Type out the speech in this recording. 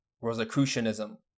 Rosicrucianism